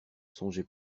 songeait